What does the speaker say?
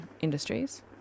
industries